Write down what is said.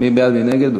מי בעד, מי נגד?